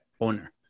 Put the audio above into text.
owner